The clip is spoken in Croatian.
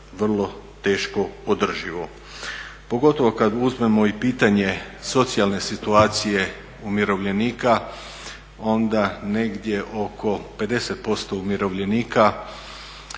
vrlo teško održivo. Pogotovo kad uzmemo i pitanje socijalne situacije umirovljenika onda negdje oko 50% umirovljenika